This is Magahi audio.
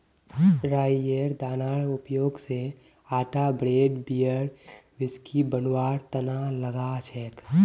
राईयेर दानार उपयोग स आटा ब्रेड बियर व्हिस्की बनवार तना लगा छेक